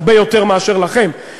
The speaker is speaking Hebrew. הרבה יותר מאשר לכם,